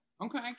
Okay